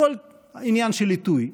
הכול עניין של עיתוי,